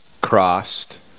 crossed